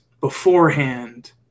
beforehand